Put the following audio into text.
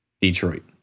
Detroit